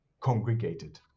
congregated